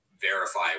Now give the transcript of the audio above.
verify